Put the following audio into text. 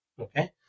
okay